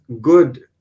good